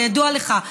כידוע לך,